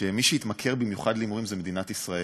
שמי שהתמכר במיוחד להימורים זה מדינת ישראל,